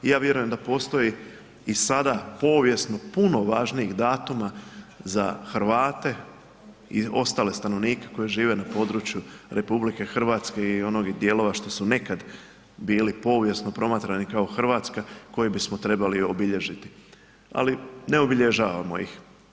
Ja vjerujem da sada postoji povijesno puno važnijih datuma za Hrvate i ostale stanovnike koji žive na području RH i onih dijelova što su nekad bili povijesno promatrani kao Hrvatski koje bismo trebali obilježiti, ali ne obilježavamo ih.